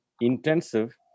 intensive